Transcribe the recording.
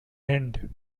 end